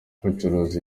kwicuruza